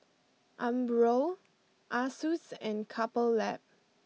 Umbro Asus and Couple Lab